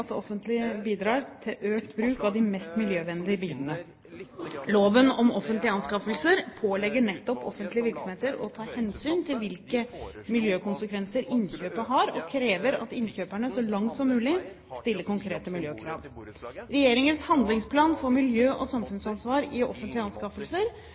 at det offentlige bidrar til økt bruk av de mest miljøvennlige bilene. Loven om offentlige anskaffelser pålegger nettopp offentlige virksomheter å ta hensyn til hvilke miljøkonsekvenser innkjøpet har, og krever at innkjøperne så langt som mulig stiller konkrete miljøkrav. Regjeringens handlingsplan for miljø- og samfunnsansvar i offentlige anskaffelser